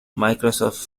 microsoft